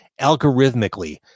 algorithmically